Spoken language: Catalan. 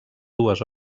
dues